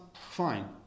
fine